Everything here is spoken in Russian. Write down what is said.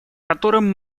которым